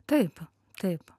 taip taip